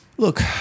Look